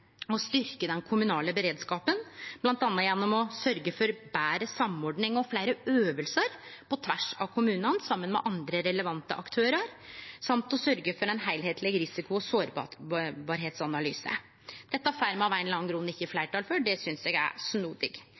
å styrkje den kommunale beredskapen, bl.a. gjennom å sørgje for betre samordning og fleire øvingar på tvers av kommunane saman med andre relevante aktørar og å sørgje for ein heilskapleg risiko- og sårbarheitsanalyse. Dette får me av ein eller annan grunn ikkje fleirtal for – det synest eg er snodig